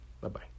Bye-bye